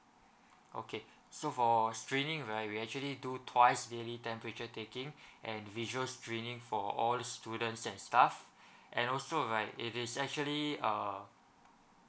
okay so for restraining right we actually do twice daily temperature taking and visuals restraining for all students and staff and also right it is actually uh